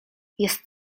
jest